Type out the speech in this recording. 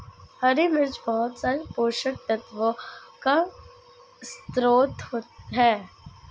हरी मिर्च बहुत सारे पोषक तत्वों का स्रोत है